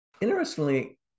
Interestingly